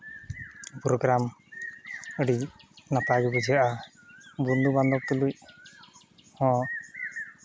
programme ᱟᱹᱰᱤ ᱱᱟᱯᱟᱭ ᱜᱮ ᱵᱩᱡᱷᱟᱹᱜᱼᱟ ᱵᱚᱱᱫᱷᱩ ᱵᱟᱱᱫᱷᱚᱵ ᱛᱩᱞᱩᱡ ᱦᱚᱸ